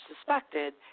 suspected